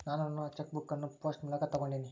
ನಾನು ನನ್ನ cheque book ಅನ್ನು ಪೋಸ್ಟ್ ಮೂಲಕ ತೊಗೊಂಡಿನಿ